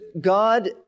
God